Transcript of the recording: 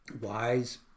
wise